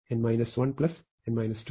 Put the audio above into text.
2 1 ആണ്